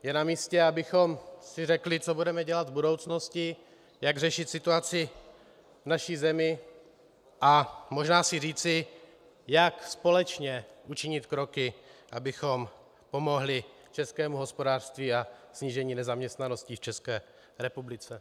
Je namístě, abychom si řekli, co budeme dělat s budoucností, jak řešit situaci v naší zemi, a možná si říci, jak společně učinit kroky, abychom pomohli českému hospodářství a snížení nezaměstnanosti v České republice.